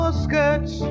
skirts